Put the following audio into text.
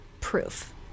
Proof